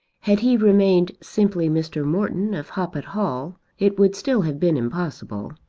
had he remained simply mr. morton of hoppet hall it would still have been impossible.